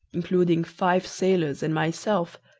including five sailors and myself,